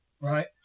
Right